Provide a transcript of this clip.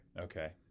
Okay